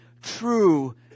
True